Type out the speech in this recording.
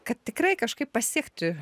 kad tikrai kažkaip pasiekti